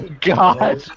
god